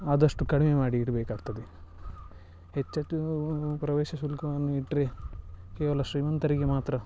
ಆದಷ್ಟು ಕಡಿಮೆ ಮಾಡಿ ಇಡಬೇಕಾಗ್ತದೆ ಹೆಚ್ಚದ್ದು ಪ್ರವೇಶ ಶುಲ್ಕವನ್ನು ಇಟ್ಟರೆ ಕೇವಲ ಶ್ರೀಮಂತರಿಗೆ ಮಾತ್ರ